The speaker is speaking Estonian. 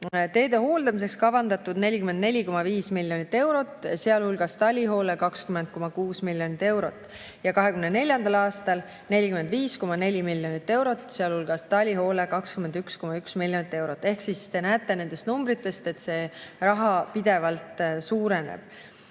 teede hooldamiseks kavandatud 44,5 miljonit eurot, sealhulgas talihoole 20,6 miljonit eurot, ja 2024. aastal 45,4 miljonit eurot, sealhulgas talihoole 21,1 miljonit eurot. Ehk siis te näete nendest numbritest, et rahasumma pidevalt suureneb.